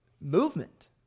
movement